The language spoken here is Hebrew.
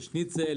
לשניצל,